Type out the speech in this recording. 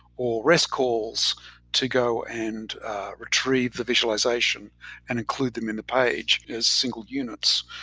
or rest calls to go and retrieve the visualization and include them in the page as single units,